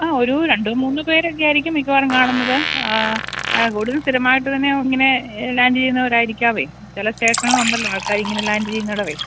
ആ ഒരു രണ്ടു മൂന്നു പേരൊക്കെ ആയിരിക്കും മിക്കവാറും കാണുന്നത് കൂടുതലും സ്ഥിരമായിട്ട് തന്നെ ഇങ്ങനെ ലാൻഡിയ്യുന്നവരായിരിക്കാവേ ചെല സ്റ്റേഷനുകളൊണ്ടല്ലോ ആൾക്കാര് ഇങ്ങനെ ലാൻഡ് ചെയ്യുന്ന ഇടവേ